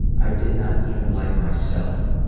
i did not even like myself.